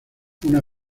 una